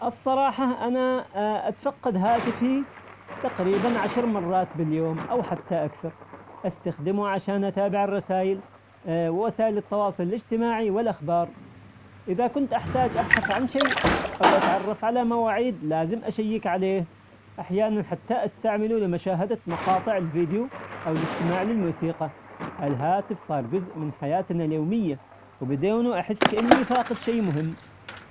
الصراحة أنا أتفقد هاتفي تقريبا عشر مرات باليوم أو حتى أكثر، أستخدمه عشان أتابع الرسايل ووسائل التواصل الاجتماعي والأخبار، إذا كنت أحتاج أبحث عن شي أو أتعرف على مواعيد لازم أشيك عليه، أحيانا حتى أستعمله لمشاهدة مقاطع الفيديو أو للإستماع للموسيقى، الهاتف صار جزء من حياتنا اليومية وبدونه أحس كأني فاقد شي مهم.